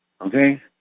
Okay